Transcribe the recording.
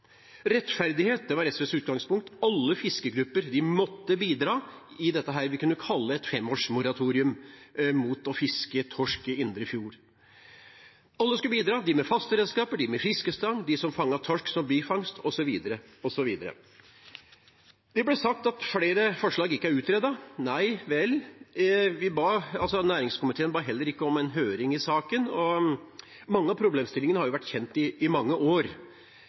Rettferdighet var SVs utgangspunkt, alle fiskegrupper måtte bidra i dette vi kunne kalle et femårsmoratorium mot å fiske torsk i indre fjord. Alle skulle bidra: de med fast redskap, de med fiskestang, de som fanget torsk som bifangst osv. Det ble sagt at flere forslag ikke er utredet. Næringskomiteen ba heller ikke om en høring i saken, og mange av problemstillingene har vært kjent i mange år.